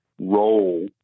role